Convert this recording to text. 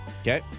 Okay